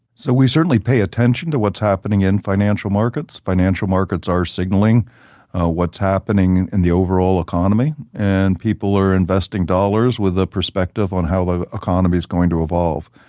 so we certainly pay attention to what's happening in financial markets. financial markets are signaling what's happening in the overall economy, and people are investing dollars with a perspective on how the economy is going to evolve.